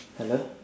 hello